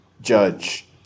Judge